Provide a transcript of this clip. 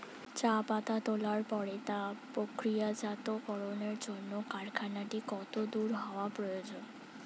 চা পাতা তোলার পরে তা প্রক্রিয়াজাতকরণের জন্য কারখানাটি কত দূর হওয়ার প্রয়োজন?